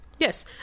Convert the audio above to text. Yes